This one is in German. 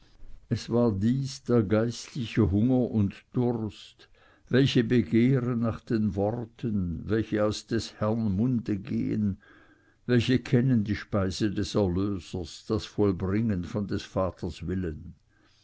es war dies der geistliche hunger und durst welche begehren nach den worten welche aus des herrn munde gehen welche kennen die speise des erlösers das vollbringen von des vaters willen